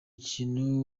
kintu